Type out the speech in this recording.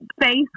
face